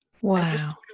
Wow